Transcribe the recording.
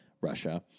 Russia